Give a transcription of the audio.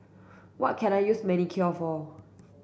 what can I use Manicare for